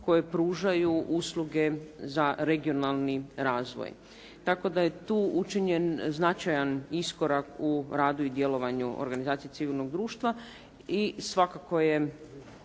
koje pružaju usluge za regionalni razvoj, tako da je tu učinjen značajan iskorak u radu i djelovanju organizacije civilnog društva. I svakako je